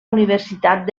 universitat